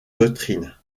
doctrine